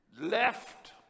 left